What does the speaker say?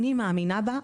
אני מאמינה בה,